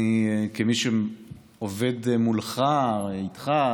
אני, כמי שעובד מולך, איתך,